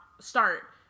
start